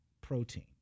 protein